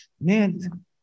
man